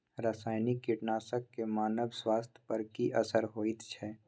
रसायनिक कीटनासक के मानव स्वास्थ्य पर की असर होयत छै?